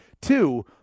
Two